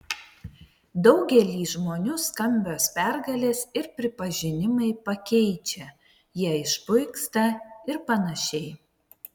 daugelį žmonių skambios pergalės ir pripažinimai pakeičia jie išpuiksta ir panašiai